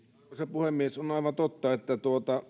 puhemies on aivan totta että